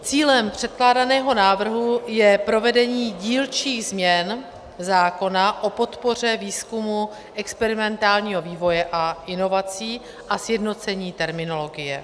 Cílem předkládaného návrhu je provedení dílčích změn zákona o podpoře výzkumu, experimentálního vývoje a inovací a sjednocení terminologie.